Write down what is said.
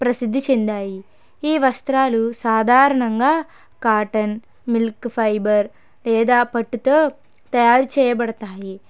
ప్రసిద్ధి చెందాయి ఈ వస్త్రాలు సాధారణంగా కాటన్ మిల్క్ ఫైబర్ లేదా పట్టుతో తయారు చేయబడతాయి